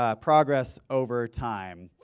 ah progress over time.